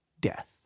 death